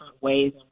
ways